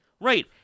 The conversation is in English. Right